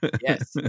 yes